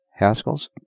Haskells